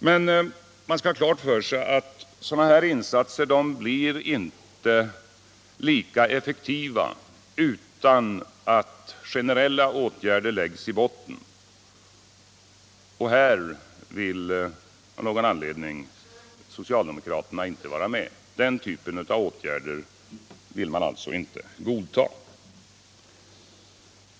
Men man skall då ha klart sig för att sådana insatser inte blir lika effektiva utan att generella åtgärder läggs i botten — och den typen av åtgärder vill socialdemokraterna av någon anledning inte godta.